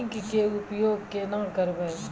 Zinc के उपयोग केना करये?